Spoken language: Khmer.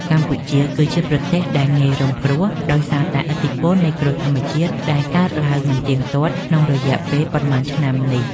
កម្ពុជាគឺជាប្រទេសដែលងាយរងគ្រោះដោយសារតែឥទ្ធិពលនៃគ្រោះធម្មជាតិដែលកើតឡើងមិនទៀងទាត់ក្នុងរយៈពេលប៉ុន្មានឆ្នាំនេះ។